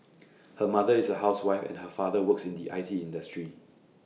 her mother is A housewife and her father works in the I T industry